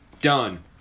Done